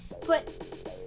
put